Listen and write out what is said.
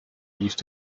used